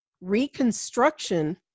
Reconstruction –